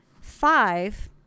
five